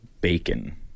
bacon